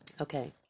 okay